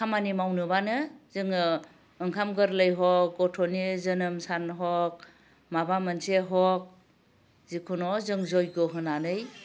खामानि मावनोबानो जोङो ओंखाम गोरलै हक गथ'नि जोनोम सान हक माबा मोनसे हक जिखुनु जों जयग' होनानै